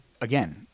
again